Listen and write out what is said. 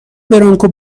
برانکو